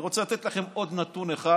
אני רוצה לתת לכם עוד נתון אחד